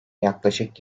yaklaşık